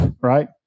Right